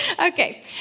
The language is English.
Okay